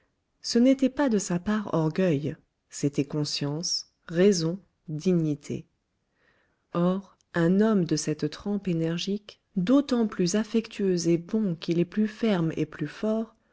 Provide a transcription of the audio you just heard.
ce n'était pas de sa part orgueil c'était conscience raison dignité or un homme de cette trempe énergique d'autant plus affectueux et bon qu'il est plus ferme et plus fort